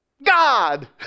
God